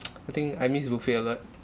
I think I miss buffet a lot